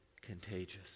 contagious